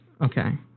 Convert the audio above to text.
okay